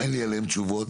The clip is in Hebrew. אין לי עליהן תשובות,